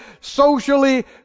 socially